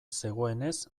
zegoenez